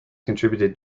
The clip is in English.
contributed